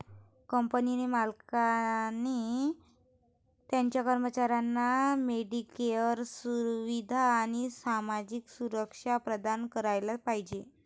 company मालकाने त्याच्या कर्मचाऱ्यांना मेडिकेअर सुविधा आणि सामाजिक सुरक्षा प्रदान करायला पाहिजे